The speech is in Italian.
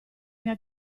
mia